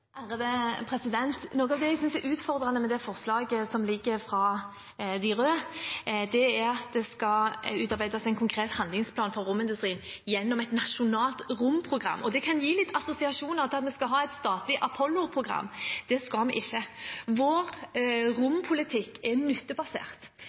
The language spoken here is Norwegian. Noe som jeg synes er utfordrende med det forslaget som ligger fra de røde, er at det skal utarbeides en konkret handlingsplan for romindustrien gjennom et nasjonalt romprogram. Og det kan gi litt assosiasjoner til at man skal ha et statlig Apollo-program. Det skal vi ikke. Vår